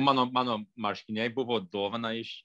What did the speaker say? mano mano marškiniai buvo dovana iš